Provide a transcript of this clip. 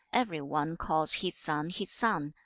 every one calls his son his son,